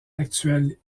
actuel